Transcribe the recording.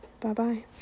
Bye-bye